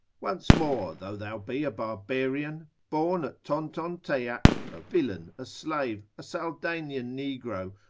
once more, though thou be a barbarian, born at tontonteac, a villain, a slave, a saldanian negro,